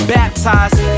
baptized